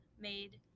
made